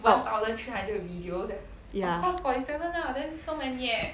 ya